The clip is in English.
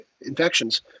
infections